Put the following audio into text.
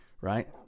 right